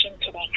today